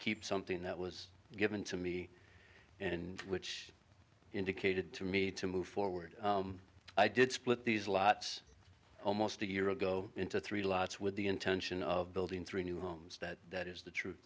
keep something that was given to me and which indicated to me to move forward i did split these lots almost a year ago into three lots with the intention of building three new homes that that is the